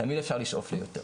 תמיד אפשר לשאוף ליותר.